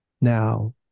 Now